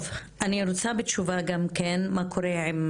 אני רוצה תשובה גם כן מה קורה עם